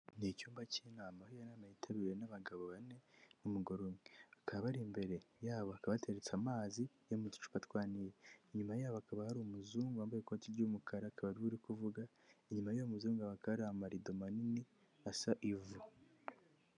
Ni icyumba cy'inama aho iyo yitaruwe n'abagabo bane n'umugoro umwe akaba imbere yabo akabateretse amazi ya mu ducupa twa Nile inyuma yabo akaba hari umuzungu wambaye ikoti ry'umukara akaba uri kuvuga inyuma y'uyu muzungu wa ka amarido manini asa ivu.